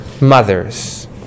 mothers